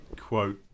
quote